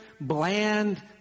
bland